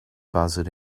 buzzard